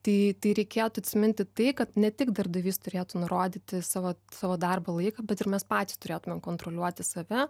tai tai reikėtų atsiminti tai kad ne tik darbdavys turėtų nurodyti savo savo darbo laiką bet ir mes patys turėtumėm kontroliuoti save